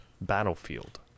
Battlefield